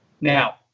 Now